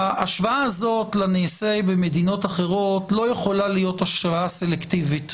ההשוואה הזאת לנעשה במדינות אחרות לא יכולה להיות השוואה סלקטיבית